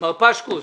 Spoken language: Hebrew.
מר פשקוס,